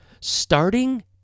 Starting